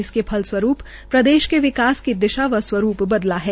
इसके फलस्वरूप प्रदेश के विकास की दिशा व स्वरूप बदला है